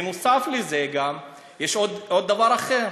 נוסף על זה, יש דבר אחר,